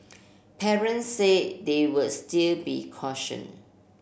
parents said they would still be caution